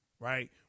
Right